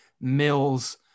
Mills